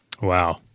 Wow